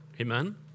amen